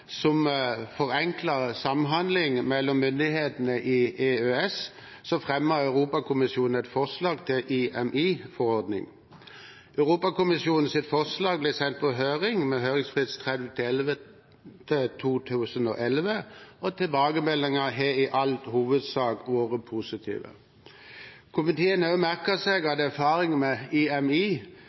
som forenkler samhandling mellom myndighetene i EØS, fremmet Europakommisjonen et forslag til IMI-forordning. Europakommisjonens forslag ble sendt på høring, med høringsfrist 30. november 2011, og tilbakemeldingene har i all hovedsak vært positive. Komiteen har også merket seg at erfaringene med IMI